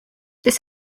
this